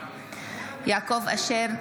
יעקב אשר,